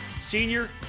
Senior